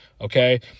Okay